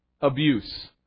Abuse